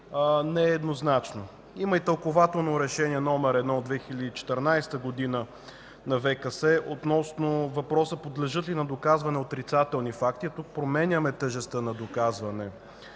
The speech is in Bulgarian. не е еднозначно. Има и Тълкувателно решение № 1 от 2014 г. на ВКС относно въпроса подлежат ли на доказване отрицателни факти, а тук променяме тежестта на доказване.